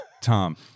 Tom